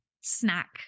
snack